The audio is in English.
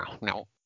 No